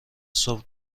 صبح